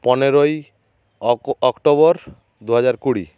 পনেরই October দু হাজার কুড়ি